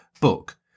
book